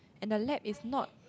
and the lab is not